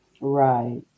Right